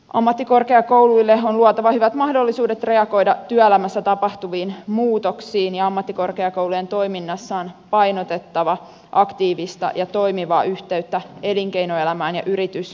ammattikorkeakouluille on luotava hyvät mahdollisuudet reagoida työelämässä tapahtuviin muutoksiin ja ammattikorkeakoulujen toiminnassa on painotettava aktiivista ja toimivaa yhteyttä elinkeinoelämään ja yritystoimintaan